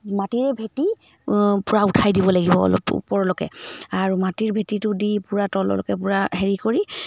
মাটিৰে ভেটি পূৰা উঠাই দিব লাগিব অলপ ওপৰলৈকে আৰু মাটিৰ ভেটিটো দি পূৰা তললৈকে পূৰা হেৰি কৰি